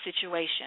situation